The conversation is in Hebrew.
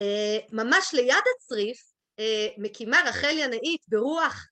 ממש ליד הצריף, מקימה רחל ינאית ברוח.